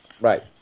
Right